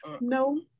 No